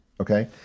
okay